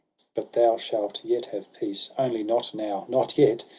but thou shalt yet have peace only not now, not yet!